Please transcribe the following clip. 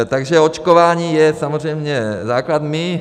Takže očkování je samozřejmě základ.